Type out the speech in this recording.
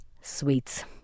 Sweets